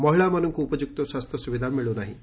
ମହିଳାମାନଙ୍ଙୁ ଉପଯୁକ୍ତ ସ୍ୱାସ୍ସ୍ୟ ସୁବିଧା ମିଳ୍ନାହିଁ